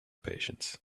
patience